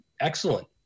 excellent